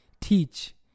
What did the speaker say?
teach